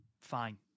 fine